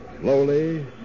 Slowly